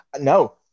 No